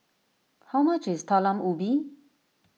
how much is Talam Ubi